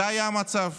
זה היה המצב.